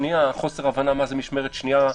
ואם מישהו חושב שאני ערה באמצע הלילה,